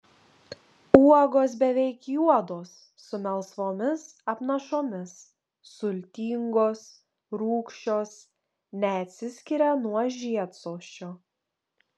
uogos beveik juodos su melsvomis apnašomis sultingos rūgščios neatsiskiria nuo žiedsosčio